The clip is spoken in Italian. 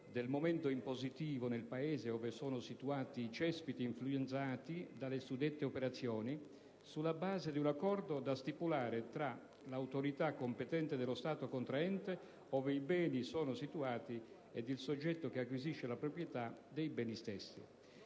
del momento impositivo nel Paese ove sono situati i cespiti influenzati dalle suddette operazioni, sulla base di un accordo da stipulare tra l'autorità competente dello Stato contraente ove i beni sono situati ed il soggetto che acquisisce la proprietà dei beni stessi.